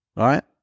right